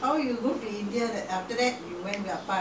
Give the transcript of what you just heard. that area are now bungalow houses ah